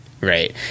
right